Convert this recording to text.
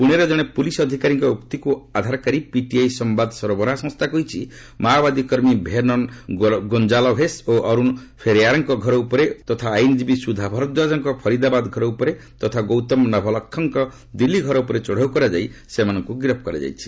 ପୁଣେର ଜଣେ ପୁଲିସ୍ ଅଧିକାରଙ୍କ ଉକ୍ତିକୁ ଆଧାର କରି ପିଟିଆଇ ସମ୍ବାଦ ସରୋବରାହ ସଂସ୍ଥା କହିଛି ମାଓବାଦୀକର୍ମୀ ଭେର୍ଣ୍ଣନ୍ ଗୋଞ୍ଜାଲ୍ଭେସ୍ ଓ ଅରୁଣ ଫେରେୟାର୍ଙ୍କ ଘର ଉପରେ ଓ ଆଇନ୍ଜୀବୀ ସୁଧା ଭରଦ୍ୱାଜଙ୍କ ଫରିଦାବାଦ ଘର ଉପରେ ତଥା ଗୌତମ ନଭଲକ୍ଷଙ୍କ ଦିଲ୍ଲୀ ଘର ଉପରେ ଚଢ଼ାଉ କରାଯାଇ ସେମାନଙ୍କୁ ଗିରଫ୍ କରାଯାଇଛି